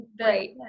right